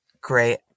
great